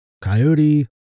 coyote